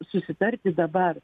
susitarti dabar